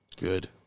Good